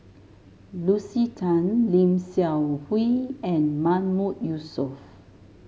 Lucy Tan Lim Seok Hui and Mahmood Yusof